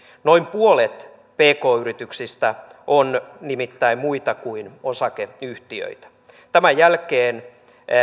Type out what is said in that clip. noin puolet pk yrityksistä on nimittäin muita kuin osakeyhtiöitä tämän jälkeen